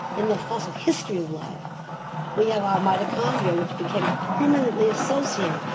in the fossil history of life we have our mitochondria, which became permanently associated,